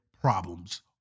problems